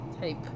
type